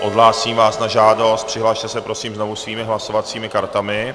Odhlásím vás na žádost, přihlaste se prosím znovu svými hlasovacími kartami.